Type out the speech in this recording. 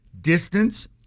distance